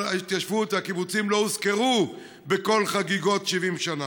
ההתיישבות והקיבוצים לא הוזכרו בכל חגיגות 70 השנה: